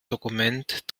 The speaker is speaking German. dokument